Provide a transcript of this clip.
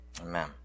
Amen